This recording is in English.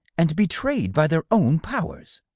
and betrayed by their own powers.